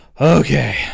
Okay